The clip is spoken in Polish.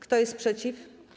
Kto jest przeciw?